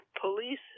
Police